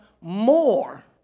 more